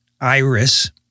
iris